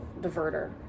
diverter